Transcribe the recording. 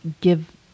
give